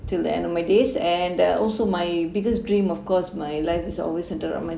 till the end of my days and they are also my biggest dream of course my life is always centered on my